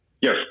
Yes